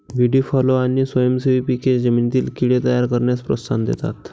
व्हीडी फॉलो आणि स्वयंसेवी पिके जमिनीतील कीड़े तयार करण्यास प्रोत्साहन देतात